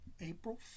April